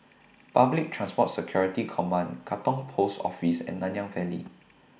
Public Transport Security Command Katong Post Office and Nanyang Valley